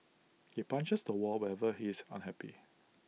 he punches the wall whenever he is unhappy